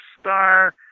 star